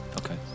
Okay